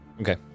Okay